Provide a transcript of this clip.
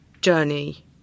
journey